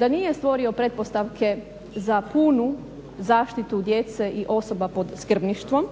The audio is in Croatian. da nije stvorio pretpostavke za punu zaštitu djece i osoba pod skrbništvom.